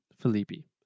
Felipe